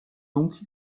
donc